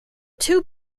two